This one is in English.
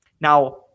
Now